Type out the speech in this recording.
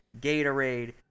Gatorade